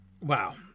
wow